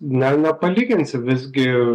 ne nepalyginsi visgi